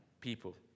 people